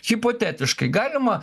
hipotetiškai galima